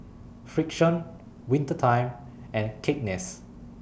Frixion Winter Time and Cakenis